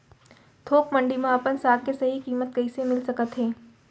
थोक मंडी में अपन साग के सही किम्मत कइसे मिलिस सकत हे?